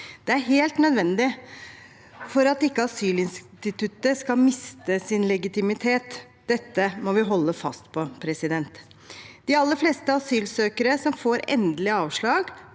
Det er helt nødvendig for at ikke asylinstituttet skal miste sin legitimitet. Dette må vi holde fast på. De aller fleste asylsøkere som får endelig avslag,